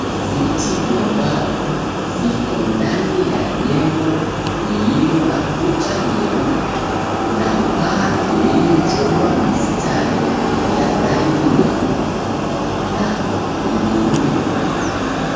Viti vya mbao viko ndani ya jengo lililo na kuta nyeupe na paa iliyochorwa mistari ya rangi nyeupe na udhurungi.